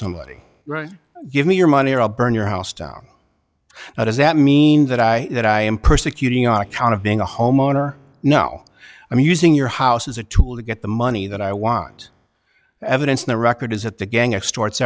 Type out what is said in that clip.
somebody right give me your money or a burn your house down now does that mean that i that i am persecuting on account of being a homeowner now i'm using your house as a tool to get the money that i want evidence in the record is that the gang extorts